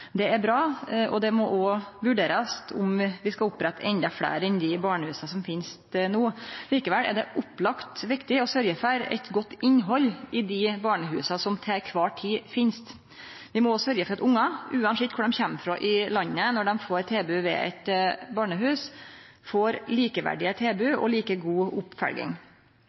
Det er bra, og det må også vurderast om vi skal opprette endå fleire enn dei barnehusa som finst no. Likevel er det opplagt viktig å sørgje for eit godt innhald i dei barnehusa som til kvar tid finst. Vi må òg sørgje for at ungar – uansett kvar dei kjem frå i landet når dei får tilbod ved eit barnehus – får likeverdige tilbod og like god oppfølging.